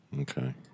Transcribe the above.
Okay